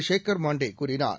ஷேக்கர் மாண்டே கூறினார்